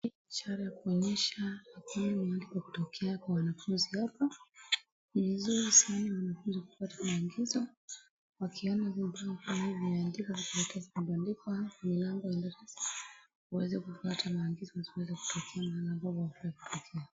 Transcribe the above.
Picha laku onyesha mandiko limewekwa kutokea kwa wanafunzi hapa. Ni vizuri sana wanafunzi kuweza kupata maagizo. Wakiona huu ubao imeandikwa na kubandikwa mlango wa darasa ili kuweza kupata maagizo ya mahli wanaweza tokea ama mahali hawafai kutotokea.